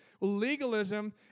Legalism